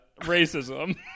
racism